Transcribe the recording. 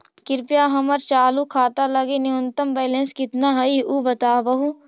कृपया हमर चालू खाता लगी न्यूनतम बैलेंस कितना हई ऊ बतावहुं